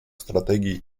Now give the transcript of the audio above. стратегий